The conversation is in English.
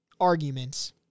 arguments